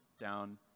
down